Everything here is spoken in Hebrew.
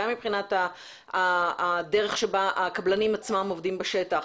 גם מבחינת הדרך שבה הקבלנים עובדים בשטח.